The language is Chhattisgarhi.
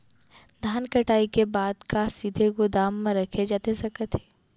धान कटाई के बाद का सीधे गोदाम मा रखे जाथे सकत हे?